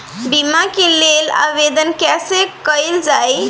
बीमा के लेल आवेदन कैसे कयील जाइ?